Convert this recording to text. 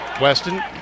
Weston